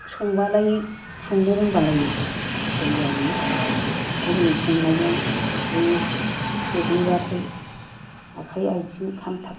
संबालाय संनो रोंबालाय गोथाव जायो बे हनै संनायावनो गोग्लैब्लाथाय आखाइ आथिं खामथारो